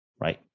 right